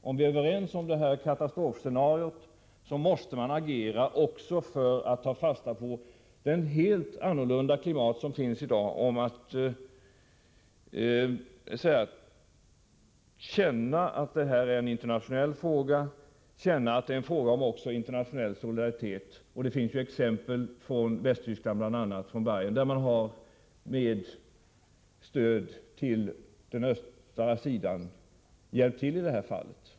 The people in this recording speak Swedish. Om vi är överens om katastrofscenariot måste vi 5 - 3 RR begränsa försuragera också för att ta vara på det helt annorlunda klimat som finns i dag och ä Å =; SE . ningen av mark och känna att det är en fråga om internationell solidaritet. Det finns exempel på vatten, m.m. hur man hjälpt varandra i sådana här frågor, bl.a. från Bayern i Västtyskland, som lämnat stöd till den östra sidan.